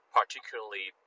particularly